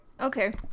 Okay